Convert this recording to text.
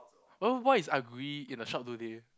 oh why is Agri in the shop today